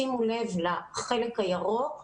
שימו לב לחלק הירוק.